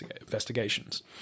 Investigations